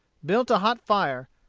built a hot fire,